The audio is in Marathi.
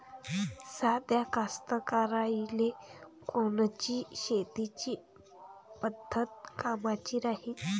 साध्या कास्तकाराइले कोनची शेतीची पद्धत कामाची राहीन?